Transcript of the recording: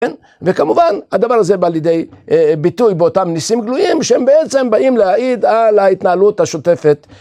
וכמובן הדבר הזה בא לידי ביטוי באותם ניסים גלויים שהם בעצם באים להעיד על ההתנהלות השותפת.